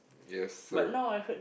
yes sir